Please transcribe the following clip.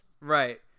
Right